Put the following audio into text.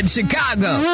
Chicago